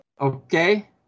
Okay